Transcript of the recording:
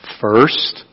First